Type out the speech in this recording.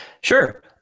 Sure